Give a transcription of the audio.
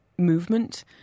movement